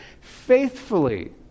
faithfully